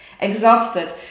exhausted